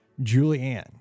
Julianne